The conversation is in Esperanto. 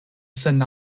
sen